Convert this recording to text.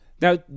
Now